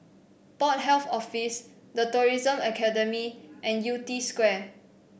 Port Health Office The Tourism Academy and Yew Tee Square